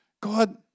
God